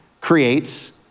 Creates